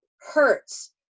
hurts